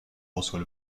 reçoit